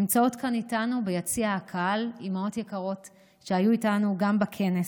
נמצאות כאן איתנו ביציע הקהל אימהות יקרות שהיו איתנו גם בכנס,